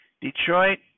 Detroit